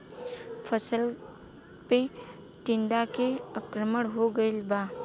फसल पे टीडा के आक्रमण हो गइल बा?